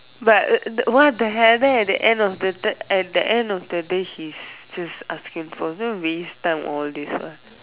but the one of the hairband at the end of third at the end of the day he's just asking for this waste time all this lah